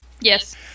Yes